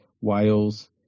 Wales